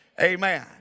Amen